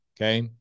Okay